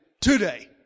today